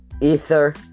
ether